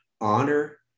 honor